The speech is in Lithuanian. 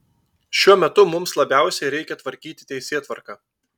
šiuo metu mums labiausiai reikia tvarkyti teisėtvarką